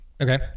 Okay